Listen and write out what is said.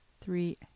Three